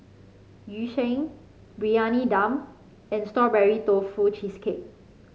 Yu Sheng Briyani Dum and Strawberry Tofu Cheesecake